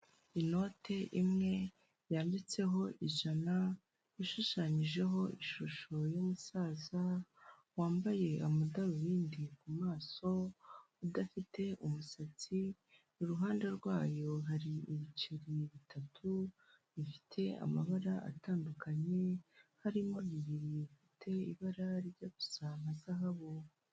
Inote imwe yanditseho ijana yashushanyijeho ishusho y'umusaza wambaye amadarubindi ku maso, udafite umusatsi, i ruhande rwayo hari ibiceri bitatu bifite amabara atandukanye, harimo bibiri bifite ibara ryijya gusa na zahabu.